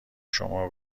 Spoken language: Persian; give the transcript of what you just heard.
شما